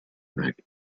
neck